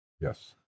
Yes